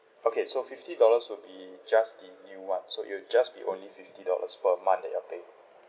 okay so fifty dollars will be just the new [one] so it'll just be only fifty dollars per month that you're paying